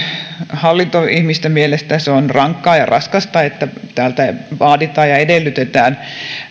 hallintoihmisten mielestä se on rankkaa ja raskasta että täältä vaaditaan ja edellytetään